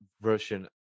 version